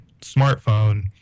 smartphone